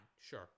Sure